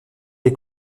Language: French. les